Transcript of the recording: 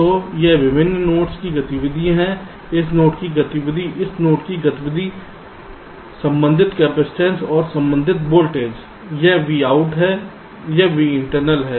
तो यह विभिन्न नोड्स की गतिविधि है इस नोड की गतिविधि इस नोड की गतिविधि संबंधित कपसिटंस और संबंधित वोल्टेज यह Vout है यह Vinternal है